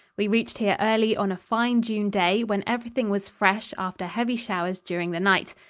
we reached here early on a fine june day when everything was fresh after heavy showers during the night.